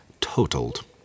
totaled